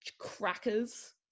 crackers